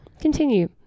Continue